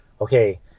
okay